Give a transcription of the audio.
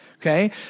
Okay